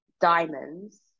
diamonds